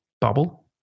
bubble